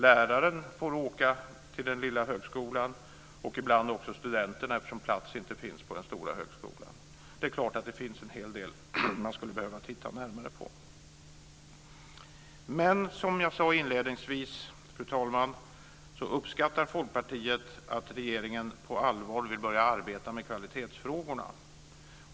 Läraren får åka till den lilla högskolan, och det gäller även ibland studenterna eftersom det inte finns plats på den stora högskolan. Det är klart att det finns en hel del som man skulle behöva titta närmare på. Fru talman! Som jag sade inledningsvis uppskattar Folkpartiet att regeringen på allvar nu börjar arbeta med kvalitetsfrågorna.